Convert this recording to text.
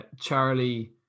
Charlie